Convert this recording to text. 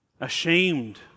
ashamed